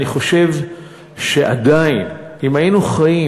אני חושב שעדיין, אם היינו חיים